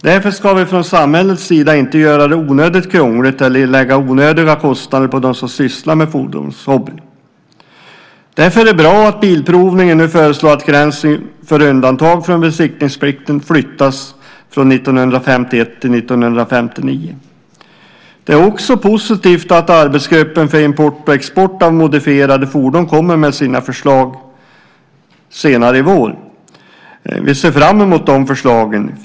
Därför ska vi från samhällets sida inte göra det onödigt krångligt eller lägga onödiga kostnader på dem som sysslar med fordonshobbyn. Det är därför bra att Bilprovningen nu förslår att gränsen för undantag från besiktningsplikten flyttas från 1951 till 1959. Det är också positivt att arbetsgruppen för import och export av modifierade fordon kommer med sina förslag senare i vår. Vi ser fram emot de förslagen.